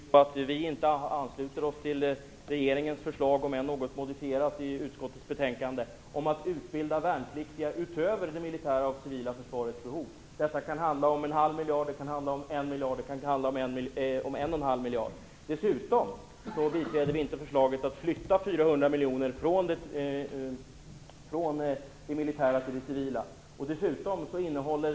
Herr talman! På den direkta frågan kan jag svara att vi inte ansluter oss till regeringens förslag, om än något modifierat i utskottets betänkande, om att utbilda värnpliktiga utöver det militära och civila försvarets behov. Det kan handla om 0,5 miljarder, det kan handla om 1 miljard, eller det kan handla om 1,5 miljarder. Vi biträder heller inte förslaget om att 400 miljoner flyttas från det militära till det civila.